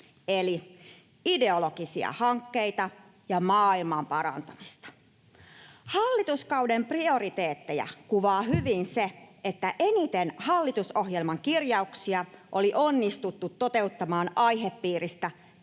eli ideologisia hankkeita ja maailmanparantamista. Hallituskauden prioriteetteja kuvaa hyvin se, että eniten hallitusohjelman kirjauksia oli onnistuttu toteuttamaan aihepiiristä